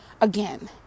again